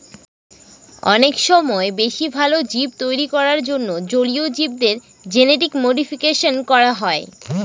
অনেক সময় বেশি ভালো জীব তৈরী করার জন্য জলীয় জীবদের জেনেটিক মডিফিকেশন করা হয়